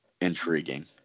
intriguing